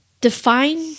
define